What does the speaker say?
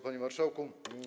Panie Marszałku!